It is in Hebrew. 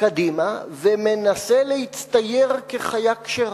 קדימה ומנסה להצטייר כחיה כשרה.